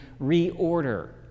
reorder